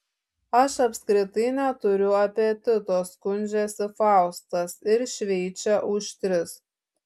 aš apskritai neturiu apetito skundžiasi faustas ir šveičia už tris